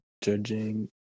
judging